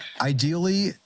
Ideally